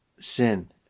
sin